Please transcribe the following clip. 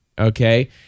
Okay